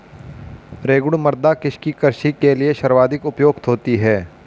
रेगुड़ मृदा किसकी कृषि के लिए सर्वाधिक उपयुक्त होती है?